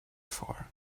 for